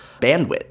bandwidth